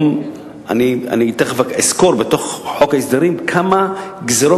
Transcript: אני תיכף אסקור בתוך חוק ההסדרים כמה גזירות